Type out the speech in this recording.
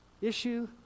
issue